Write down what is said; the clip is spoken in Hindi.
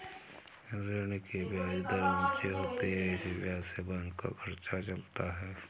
ऋणों की ब्याज दर ऊंची होती है इसी ब्याज से बैंक का खर्चा चलता है